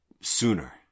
sooner